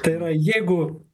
tai yra jeigu